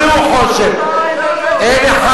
אני אומר,